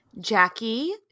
Jackie